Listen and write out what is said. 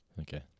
Okay